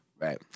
Right